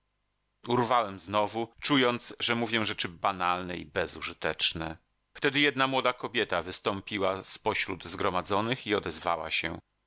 urwałem znowu czując że mówię rzeczy banalne i bezużyteczne wtedy jedna młoda kobieta wystąpiła z pośród zgromadzonych i odezwała się